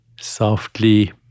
Softly